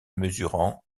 mesurant